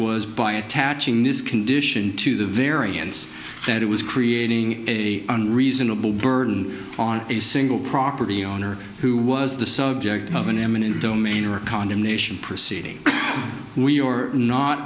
was by attaching this condition to the variance that it was creating a reasonable burden on a single property owner who was the subject of an eminent domain or a condemnation proceeding we or not